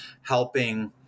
helping